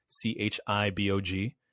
C-H-I-B-O-G